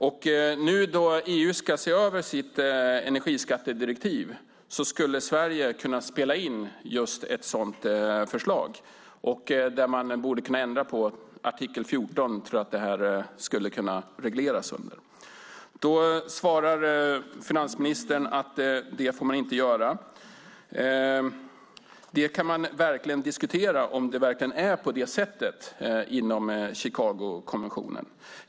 Nu när EU ska se över sitt energiskattedirektiv skulle Sverige kunna spela in just ett sådant förslag, där man borde kunna ändra på artikel 14 för att detta skulle kunna regleras. Finansministern svarar att man inte får göra det. Om det verkligen är på det sättet inom Chicagokonventionen kan vi diskutera.